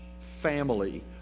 family